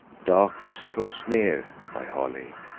darkness draws near, my holly,